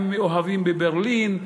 הם מאוהבים בברלין,